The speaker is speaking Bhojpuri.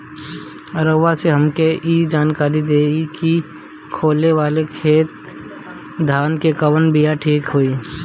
रउआ से हमके ई जानकारी देई की खाले वाले खेत धान के कवन बीया ठीक होई?